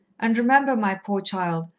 and remember, my poor child,